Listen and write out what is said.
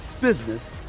business